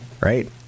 right